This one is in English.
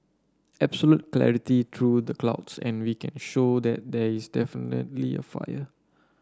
absolute clarity through the clouds and we can show that there is definitely a fire